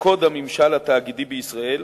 קוד הממשל התאגידי בישראל,